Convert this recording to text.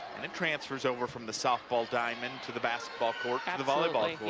and it transfers over from the softball diamond to the basketball court and the volleyball